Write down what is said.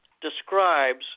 describes